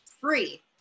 free